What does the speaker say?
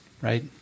right